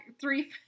Three